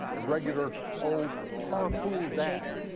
a regular, old carpool dad.